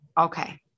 okay